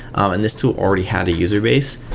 and this tool already had a user base.